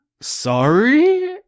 sorry